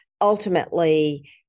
ultimately